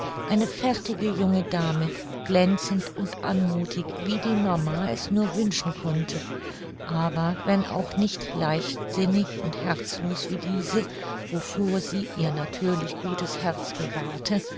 eine fertige junge dame glänzend und anmuthig wie die mama es nur wünschen konnte aber wenn auch nicht leichtsinnig und herzlos wie diese wovor sie ihr natürlich gutes herz bewahrte